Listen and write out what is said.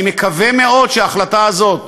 אני מקווה מאוד שההחלטה הזאת,